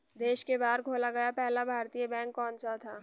देश के बाहर खोला गया पहला भारतीय बैंक कौन सा था?